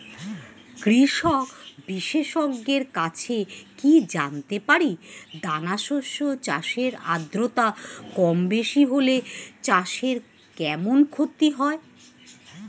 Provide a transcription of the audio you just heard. কৃষক বিশেষজ্ঞের কাছে কি জানতে পারি দানা শস্য চাষে আদ্রতা কমবেশি হলে চাষে কেমন ক্ষতি হয়?